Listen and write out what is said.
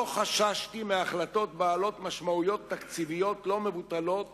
לא חששתי מהחלטות בעלות משמעויות תקציביות לא מבוטלות